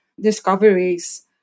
discoveries